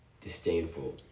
disdainful